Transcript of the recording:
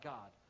God